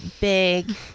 big